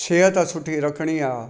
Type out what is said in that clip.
सिहत सुठी रखिणी आहे